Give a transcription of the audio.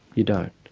you don't,